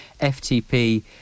FTP